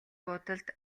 буудалд